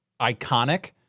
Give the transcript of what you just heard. iconic